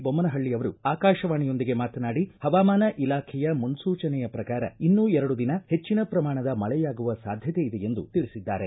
ಬೊಮ್ನಹಳ್ಳ ಅವರು ಆಕಾಶವಾಣಿಯೊಂದಿಗೆ ಮಾತನಾಡಿ ಹವಾಮಾನ ಇಲಾಖೆಯ ಮುನ್ಸೂಚನೆಯ ಪ್ರಕಾರ ಇನ್ನೂ ಎರಡು ದಿನ ಹೆಚ್ಚಿನ ಪ್ರಮಾಣದ ಮಳೆಯಾಗುವ ಸಾಧ್ಯತೆಯಿದೆ ಎಂದು ತಿಳಿಸಿದ್ದಾರೆ